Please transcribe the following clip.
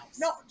no